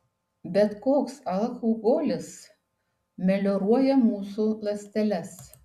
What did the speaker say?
bet koks alkoholis melioruoja mūsų ląsteles